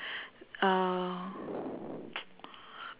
uh